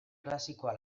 klasikoa